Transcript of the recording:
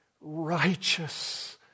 righteous